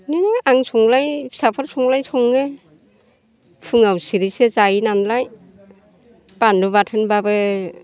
नों आं संलाय फिसाफोर संलाय सङो फुंआव सिरिसे जायो नालाय बानलु बाथोनबाबो